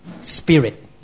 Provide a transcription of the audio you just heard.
spirit